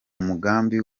mugambi